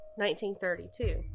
1932